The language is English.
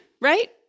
right